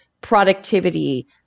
productivity